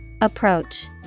Approach